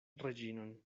reĝinon